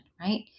right